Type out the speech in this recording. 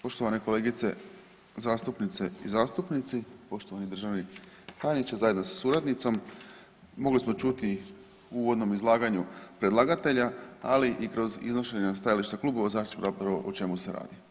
Poštovane kolegice zastupnice i zastupnici, poštovani državni tajniče zajedno sa suradnicom, mogli smo čuti u uvodnom izlaganju predlagatelja ali i kroz iznošenje stajališta klubova …/nerazumljivo/… o čemu se radi.